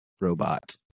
robot